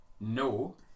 no